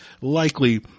likely